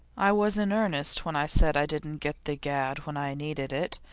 i was in earnest when i said i didn't get the gad when i needed it.